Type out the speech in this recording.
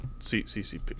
CCP